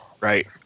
Right